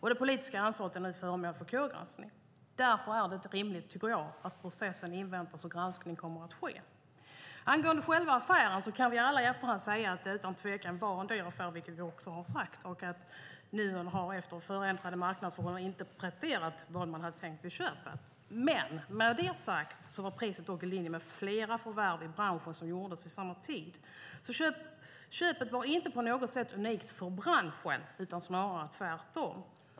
Det politiska ansvaret är nu föremål för KU-granskning, och därför är det rimligt, tycker jag, att processen inväntas då granskning kommer att ske. Angående själva affären kan vi alla i efterhand säga att det utan tvekan var en dyr affär och att Nuon efter förändrade marknadsförhållanden inte har presterat vad man hade tänkt vid köpet. Men med det sagt vill jag påpeka att priset dock var i linje med flera förvärv i branschen som gjordes vid samma tid. Köpet var inte på något sätt unikt för branschen, utan det var snarare tvärtom.